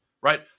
Right